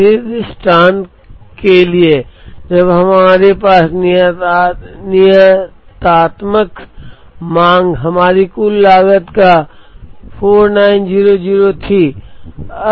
उसी दृष्टांत के लिए जब हमने नियतकालिक मांग की थी हमारी कुल लागत लगभग 4900 थी